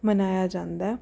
ਮਨਾਇਆ ਜਾਂਦਾ